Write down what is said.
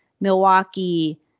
Milwaukee